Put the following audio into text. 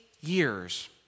years